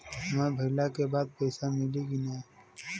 समय भइला के बाद पैसा मिली कि ना?